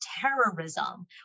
terrorism